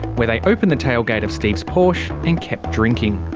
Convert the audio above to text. where they opened the tailgate of steve's porsche and kept drinking.